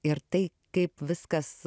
ir tai kaip viskas